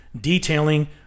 detailing